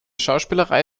schauspielerei